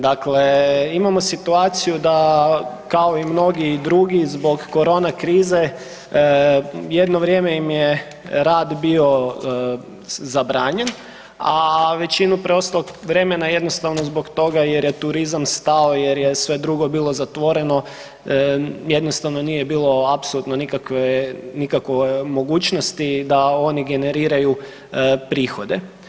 Dakle, imamo situaciju da kao i mnogi drugi zbog korone krize, jedno vrijeme im je rad bio zabranjen a većinu preostalog vremena jednostavno zbog toga jer je turizma stao, jer je sve drugo bilo zatvoreno, jednostavno nije bilo apsolutno nikakve mogućnosti da oni generiraju prihode.